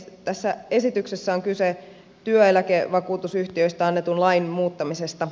tässä esityksessä on kyse työeläkevakuutusyhtiöistä annetun lain muuttamisesta